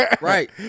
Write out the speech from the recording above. Right